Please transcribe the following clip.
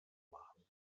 machen